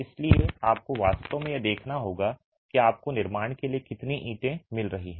इसलिए आपको वास्तव में यह देखना होगा कि आपको निर्माण के लिए कितनी ईंटें मिल रही हैं